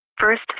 First